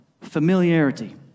Familiarity